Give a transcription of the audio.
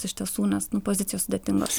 iš tiesų nes nu pozicijos sudėtingos